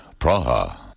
Praha